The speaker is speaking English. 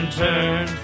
turn